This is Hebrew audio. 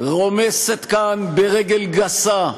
רומסת כאן ברגל גסה,